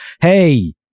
Hey